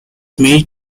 made